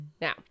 Now